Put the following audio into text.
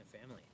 Family